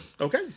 Okay